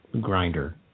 grinder